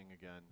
again